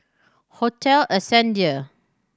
Hotel Ascendere